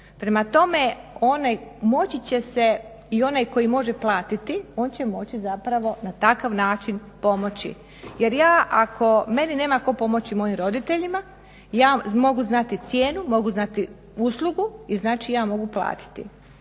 Prema tome moći će se i onaj koji može platiti, on će moći zapravo na takav način pomoći. Jer ja, ako meni nema tko pomoći mojim roditeljima, ja mogu znati cijenu, mogu znati uslugu i znači ja mogu platiti.